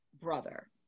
brother